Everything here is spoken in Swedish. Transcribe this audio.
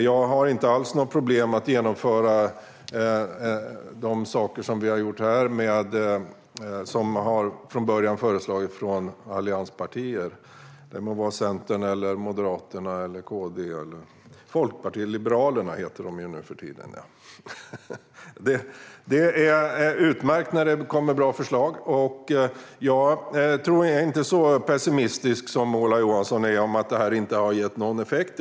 Jag har inte alls något problem med att genomföra de saker som vi har gjort här, som från början har föreslagits av allianspartier; det må vara Centern, Moderaterna, KD eller Folkpartiet - eller Liberalerna heter de ju nu för tiden! Det är utmärkt när det kommer bra förslag. Jag är inte lika pessimistisk som Ola Johansson vad gäller att detta inte har gett någon effekt.